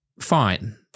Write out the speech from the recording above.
fine